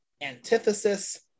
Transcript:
antithesis